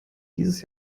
dieses